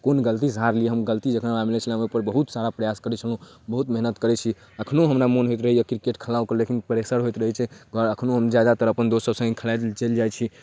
कोन गलतीसँ हारलिए हम गलती जखन मिलै छलै बहुत सारा प्रयास करै छलहुँ बहुत मेहनति करै छी एखनहुँ हमरा मोन होइत रहैए किरकेट खेलाइके लेकिन प्रेशर होइत रहै छै पर एखनहुँ हम जादातर अपन दोस्तसभसँ खेलाइलए चलि जाइ छी